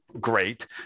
great